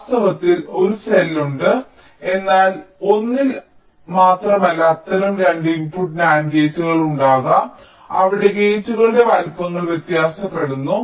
വാസ്തവത്തിൽ ഒരു സെൽ ഉണ്ട് എന്നാൽ ഒന്നിൽ മാത്രമല്ല അത്തരം 2 ഇൻപുട്ട് NAND ഗേറ്റുകൾ ഉണ്ടാകാം അവിടെ ഗേറ്റുകളുടെ വലുപ്പങ്ങൾ വ്യത്യാസപ്പെടുന്നു